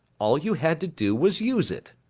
all you had to do was use it.